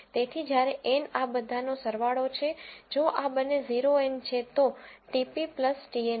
તેથી જ્યારે N આ બધાંનો સરવાળો છે જો આ બંને 0 N છે તો તે TP TN બનશે